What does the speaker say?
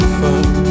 fun